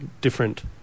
different